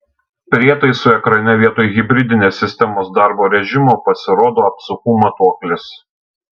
prietaisų ekrane vietoj hibridinės sistemos darbo režimo pasirodo apsukų matuoklis